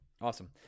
Awesome